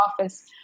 office